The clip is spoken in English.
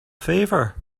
favor